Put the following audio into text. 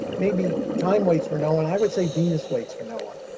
maybe time waits for no one. i would say venus waits for no one.